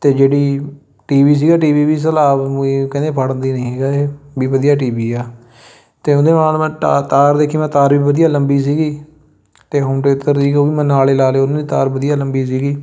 ਅਤੇ ਜਿਹੜੀ T V ਸੀਗਾ ਟੀ ਵੀ ਸਲਾਬ ਨੂੰ ਇਹ ਕਹਿੰਦੇ ਫੜਦੀ ਨਹੀਂ ਹੈਗਾ ਇਹ ਵੀ ਵਧੀਆ ਟੀ ਵੀ ਆ ਅਤੇ ਉਹਦੇ ਨਾਲ ਮੈਂ ਟਾਰ ਤਾਰ ਦੇਖੀ ਮੈਂ ਤਾਰ ਵੀ ਵਧੀਆ ਲੰਬੀ ਸੀਗੀ ਅਤੇ ਹੋਮ ਥੇਟਰ ਸੀਗੇ ਉਹ ਵੀ ਮੈਂ ਨਾਲ ਹੀ ਲਾ ਲਏ ਉਹਨਾਂ ਦੀ ਤਾਰ ਵਧੀਆ ਲੰਬੀ ਸੀਗੀ